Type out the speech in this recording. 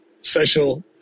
Social